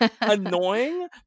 annoying